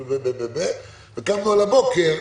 וקמנו על הבוקר,